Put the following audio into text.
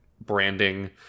branding